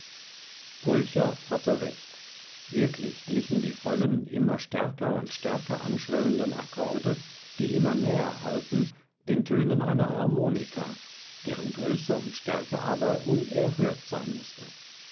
pulcher hatte recht wirklich glichen die vollen immer stärker und stärker anschwellenden akkorde die immer näher hallten den tönen einer harmonika deren größe und stärke aber unerhört sein mußte